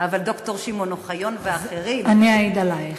אבל ד"ר שמעון אוחיון ואחרים -- אני אעיד עלייך,